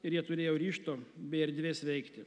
ir jie turėjo ryžto bei erdvės veikti